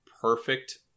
perfect